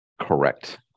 Correct